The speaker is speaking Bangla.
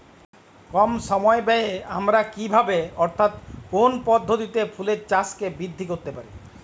কম সময় ব্যায়ে আমরা কি ভাবে অর্থাৎ কোন পদ্ধতিতে ফুলের চাষকে বৃদ্ধি করতে পারি?